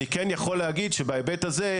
אני כן יכול להגיד שבהיבט הזה,